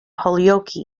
holyoke